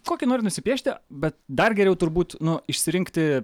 kokį nori nusipiešti bet dar geriau turbūt nu išsirinkti